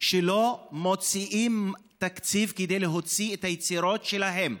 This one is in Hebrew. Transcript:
שלא מוציאים תקציב להוציא את היצירות שלהם.